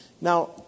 Now